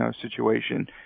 situation